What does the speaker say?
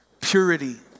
Purity